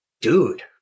dude